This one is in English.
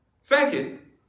Second